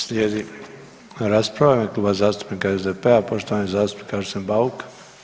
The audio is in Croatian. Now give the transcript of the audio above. Slijedi rasprava u ime Kluba zastupnika SDP-a, poštovani zastupnik Arsen Bauk.